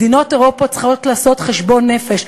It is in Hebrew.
מדינות אירופה צריכות לעשות חשבון נפש.